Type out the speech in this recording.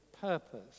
purpose